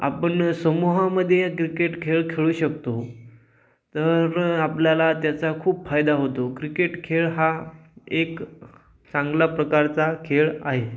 आपण समूहामध्ये क्रिकेट खेळ खेळू शकतो तर आपल्याला त्याचा खूप फायदा होतो क्रिकेट खेळ हा एक चांगला प्रकारचा खेळ आहे